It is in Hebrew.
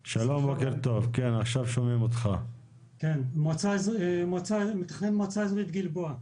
לכולם, אני מתכנן המועצה האזורית גלבוע.